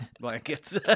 blankets